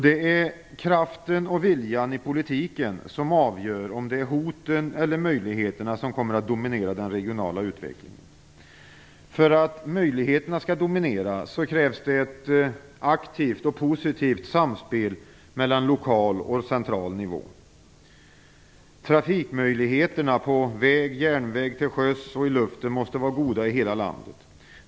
Det är kraften och viljan i politiken som avgör om det är hoten eller möjligheterna som kommer att dominera den regionala utvecklingen. För att möjligheterna skall dominera krävs ett aktivt och positivt samspel mellan lokal och central nivå. Trafikmöjligheterna på väg, järnväg, till sjöss och i luften måste vara goda i hela landet.